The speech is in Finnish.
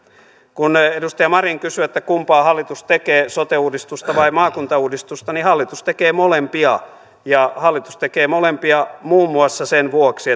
kun edustaja marin kysyi että kumpaa hallitus tekee sote uudistusta vai maakuntauudistusta niin hallitus tekee molempia hallitus tekee molempia muun muassa sen vuoksi